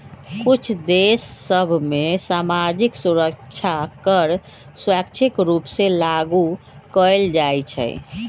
कुछ देश सभ में सामाजिक सुरक्षा कर स्वैच्छिक रूप से लागू कएल जाइ छइ